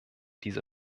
diese